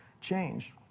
change